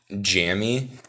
jammy